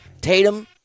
Tatum